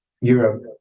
Europe